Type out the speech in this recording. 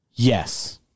Yes